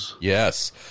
Yes